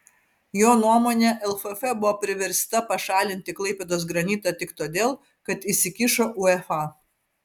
jo nuomone lff buvo priversta pašalinti klaipėdos granitą tik todėl kad įsikišo uefa